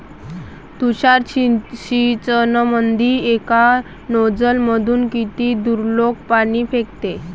तुषार सिंचनमंदी एका नोजल मधून किती दुरलोक पाणी फेकते?